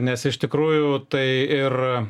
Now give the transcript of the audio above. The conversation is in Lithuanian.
nes iš tikrųjų tai ir